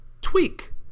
tweak